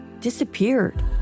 disappeared